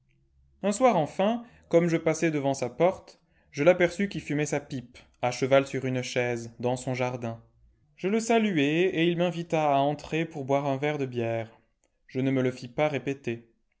un soir enfin comme je passais devant sa porte je l'aperçus qui fumait sa pipe achevai sur une chaise dans son jardin je le saluai et il m'invita à entrer pour boire un verre de bière je ne me le fis pas répéter